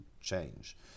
change